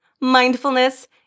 mindfulness